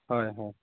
হয় হয়